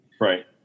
Right